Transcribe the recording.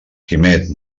quimet